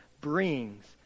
brings